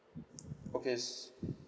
okay